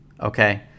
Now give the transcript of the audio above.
Okay